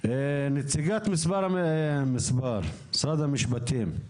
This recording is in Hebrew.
נציגת משרד המשפטים,